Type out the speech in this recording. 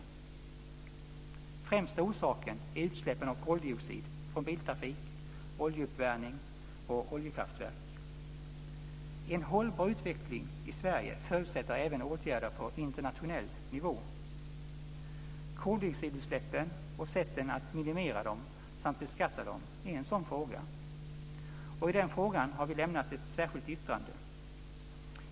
Den främsta orsaken är utsläppen av koldioxid från biltrafik, oljeuppvärmning och oljekraftverk. En hållbar utveckling i Sverige förutsätter även åtgärder på internationell nivå. Koldioxidutsläppen och sätten att minimera samt beskatta dem är en sådan fråga. Och i den frågan har vi lämnat ett särskilt yttrande.